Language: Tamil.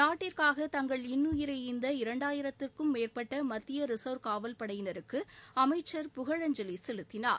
நாட்டிற்காக தங்கள் இன்னுயிரை ஈந்த இரண்டாயிரத்திற்கும் மேற்பட்ட மத்திய ரிசர்வ் காவல்படையினருக்கு அமைச்சர் புகழஞ்சலி செலுத்தினார்